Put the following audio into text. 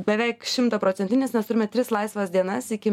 beveik šimtaprocentinis nes turime tris laisvas dienas iki